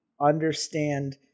understand